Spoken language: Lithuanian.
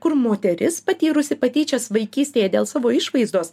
kur moteris patyrusi patyčias vaikystėje dėl savo išvaizdos